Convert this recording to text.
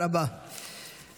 רבבות הרוגים,